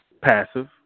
passive